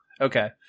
Okay